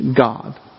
God